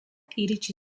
iritsi